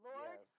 Lord